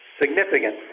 significant